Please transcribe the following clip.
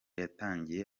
yatangiye